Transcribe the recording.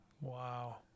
Wow